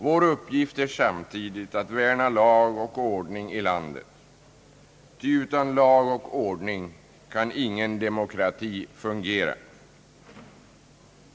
Vår uppgift är samtidigt att värna lag och ordning i landet, ty utan lag och ordning kan ingen demokrati fungera.